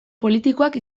politikoak